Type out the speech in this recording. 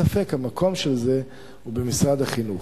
אין ספק שהמקום של זה יהיה במשרד החינוך,